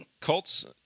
Colts